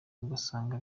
ugasanga